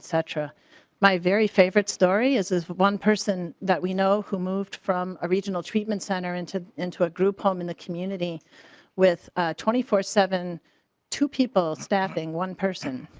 such a my very favorite story is is one person that we know who moved from a regional treatment center into into a group home in the community with a twenty four seven two people staffing one person.